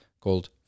called